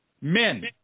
Men